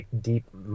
deep